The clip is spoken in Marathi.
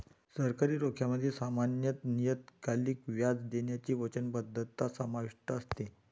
सरकारी रोख्यांमध्ये सामान्यत नियतकालिक व्याज देण्याची वचनबद्धता समाविष्ट असते